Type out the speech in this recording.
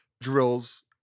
drills